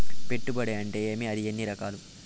పెట్టుబడి అంటే ఏమి అది ఎన్ని రకాలు